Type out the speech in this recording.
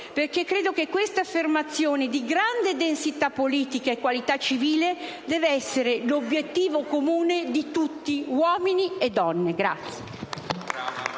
perché credo che queste parole di grande densità politica e qualità civile debbano essere l'obiettivo comune di tutti, uomini e donne.